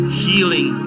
healing